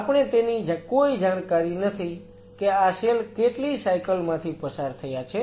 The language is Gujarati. આપણે તેની કોઈ જાણકારી નથી કે આ સેલ કેટલી સાયકલ માંથી પસાર થયા છે